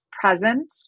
present